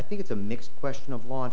i think it's a mixed question of law